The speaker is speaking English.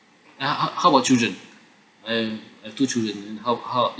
uh how how about children I have uh two children how how is it